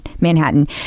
Manhattan